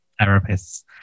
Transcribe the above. therapists